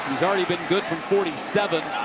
he's already been good from forty seven.